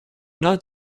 not